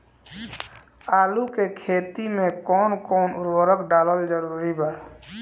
आलू के खेती मे कौन कौन उर्वरक डालल जरूरी बा?